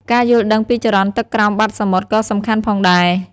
ការយល់ដឹងពីចរន្តទឹកក្រោមបាតសមុទ្រក៏សំខាន់ផងដែរ។